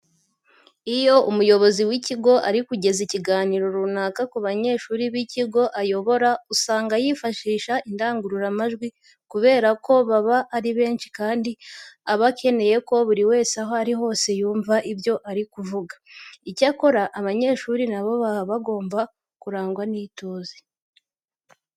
Iyo umuyobozi w'ikigo ari kugeza ikiganiro runaka ku banyeshuri b'ikigo ayobora usanga yifashisha indangururamajwi kubera ko baba ari benshi kandi aba akeneye ko buri wese aho ari hose yumva ibyo ari kuvuga. Icyakora abanyeshuri na bo baba bagomba kurangwa n'ituze.